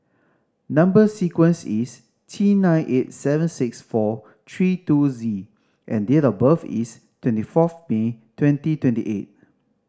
number sequence is T nine eight seven six four three two Z and date of birth is twenty fourth May twenty twenty eight